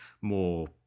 more